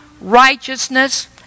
righteousness